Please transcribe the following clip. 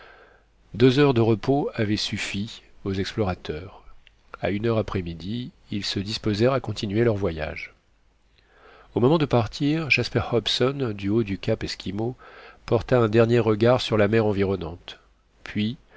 deux heures de repos avaient suffi aux explorateurs à une heure après midi ils se disposèrent à continuer leur voyage au moment de partir jasper hobson du haut du cap esquimau porta un dernier regard sur la mer environnante puis